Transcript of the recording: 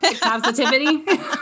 positivity